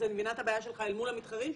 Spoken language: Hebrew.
אז אני מבינה את הבעיה שלך אל מול המתחרים שלך.